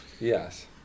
Yes